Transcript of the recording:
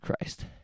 christ